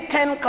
Ten